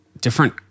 different